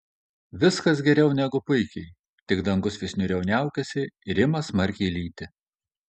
viskas geriau negu puikiai tik dangus vis niūriau niaukiasi ir ima smarkiai lyti